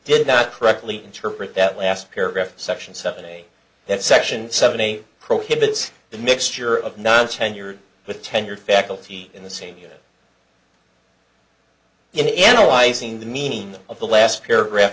did not correctly interpret that last paragraph section seven eight that section seventy prohibits the mixture of non tenured with tenured faculty in the same year in analyzing the meaning of the last paragraph